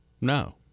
No